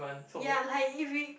ya like if we